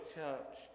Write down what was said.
church